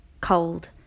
Cold